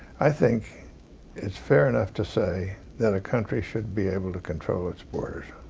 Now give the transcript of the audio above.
i think it's fair enough to say that a country should be able to control its borders.